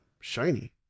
shiny